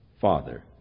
Father